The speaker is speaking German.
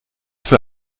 für